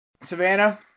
Savannah